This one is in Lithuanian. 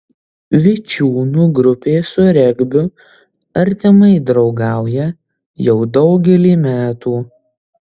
vičiūnų grupė su regbiu artimai draugauja jau daugelį metų